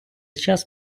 час